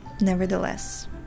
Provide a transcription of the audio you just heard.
nevertheless